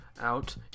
out